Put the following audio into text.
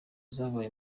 zabaye